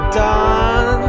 done